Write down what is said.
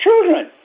children